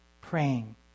praying